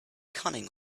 cunning